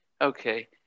Okay